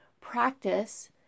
practice